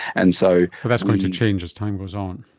and so that's going to change as time goes on.